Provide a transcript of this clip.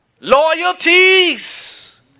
loyalties